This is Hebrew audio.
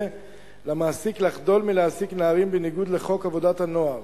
למעסיק לחדול מלהעסיק נערים בניגוד לחוק עבודת הנוער,